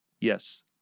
Yes